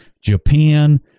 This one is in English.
Japan